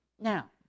Now